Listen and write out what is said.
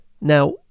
Now